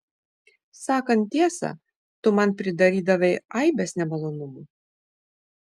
sakant tiesą tu man pridarydavai aibes nemalonumų